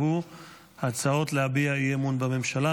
והוא הצעות להביע אי-אמון בממשלה.